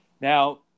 Now